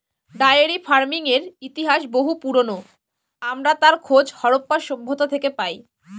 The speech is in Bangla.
ডায়েরি ফার্মিংয়ের ইতিহাস বহু পুরোনো, আমরা তার খোঁজ হরপ্পা সভ্যতা থেকে পাই